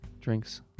drinks